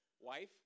wife